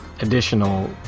additional